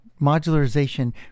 modularization